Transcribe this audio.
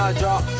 drop